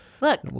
Look